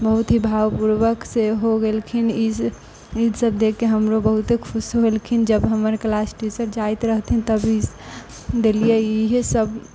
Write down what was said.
बहुत ही भावपूर्वक से हो गेलखिन ई ईसब देखिके हमरो बहुते खुशी भेलखिन जब हमर क्लास टीचर जाइत रहथिन तब देलिए इएहसब